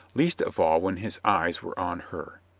least of all when his eyes were on her.